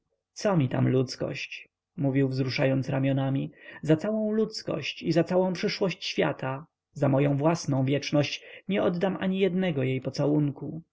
co mi tam ludzkość mówił wzruszając ramionami za całą ludzkość i za całą przyszłość świata za moję własną wieczność nie oddam jednego jej pocałunku